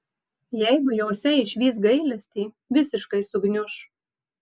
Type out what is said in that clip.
jeigu jose išvys gailestį visiškai sugniuš